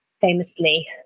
famously